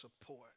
support